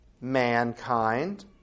mankind